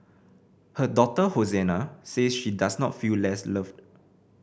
her daughter Hosanna says she does not feel less loved